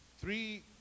Three